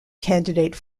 candidate